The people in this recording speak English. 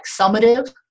summative